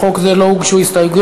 לחוק זה לא הוגשו הסתייגויות,